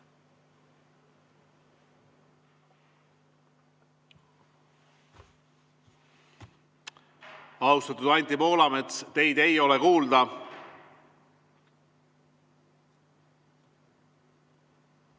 Austatud Anti Poolamets, teid ei ole kuulda.